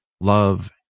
love